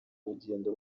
urugendo